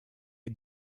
est